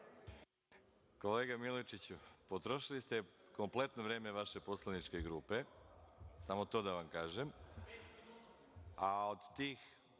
Kolega Milojičiću, potrošili ste kompletno vreme vaša poslaničke grupe, samo to da vam kažem,